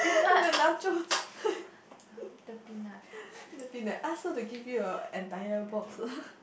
the nacho the peanut ask her to give you the entire box